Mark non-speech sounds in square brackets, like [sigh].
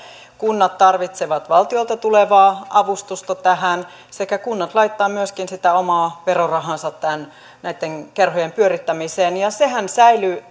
kunnat tarvitsevat valtiolta tulevaa avustusta tähän sekä kunnat laittavat myöskin sitä omaa verorahaansa näitten kerhojen pyörittämiseen ja sehän säilyy [unintelligible]